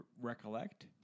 recollect